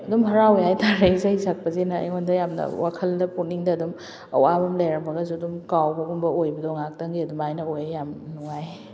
ꯑꯗꯨꯝ ꯍꯔꯥꯎꯋꯦ ꯍꯥꯏꯇꯥꯔꯦ ꯏꯁꯩ ꯁꯛꯄꯁꯤꯅ ꯑꯩꯉꯣꯟꯗ ꯌꯥꯝꯅ ꯋꯥꯈꯜꯗ ꯄꯨꯛꯅꯤꯡꯗ ꯑꯗꯨꯝ ꯑꯋꯥꯕ ꯑꯃ ꯂꯩꯔꯝꯂꯒꯁꯨ ꯑꯗꯨꯝ ꯀꯥꯎꯕꯒꯨꯝꯕ ꯑꯣꯏꯕꯗꯣ ꯉꯥꯏꯍꯥꯛꯇꯪꯒꯤ ꯑꯗꯨꯃꯥꯏꯅ ꯑꯣꯏ ꯌꯥꯝ ꯅꯨꯡꯉꯥꯏ